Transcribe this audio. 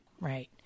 right